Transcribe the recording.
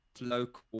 local